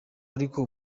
ariko